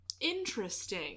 Interesting